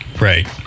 Right